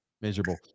Miserable